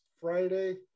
Friday